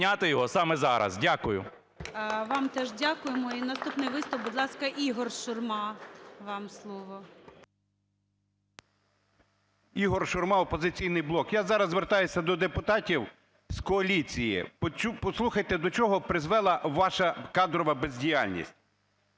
звертаюся до депутатів з коаліції. Послухайте, до чого призвела ваша кадрова бездіяльність.